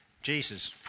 Jesus